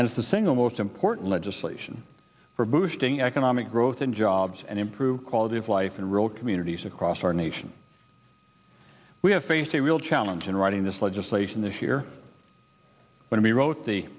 as the single most important legislation for boosting economic growth and jobs and improve quality of life in rural communities across our nation we have faced a real challenge in writing this legislation this year when we wrote the